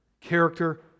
Character